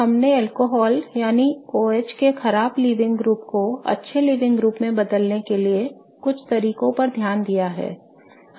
हमने अल्कोहल यानी OH के खराब लीविंग ग्रुप को अच्छे लीविंग ग्रुप में बदलने के कुछ तरीकों पर ध्यान दिया है